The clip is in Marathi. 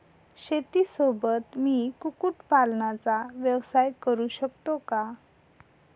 शेतीसोबत मी कुक्कुटपालनाचा व्यवसाय करु शकतो का?